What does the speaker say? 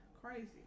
Crazy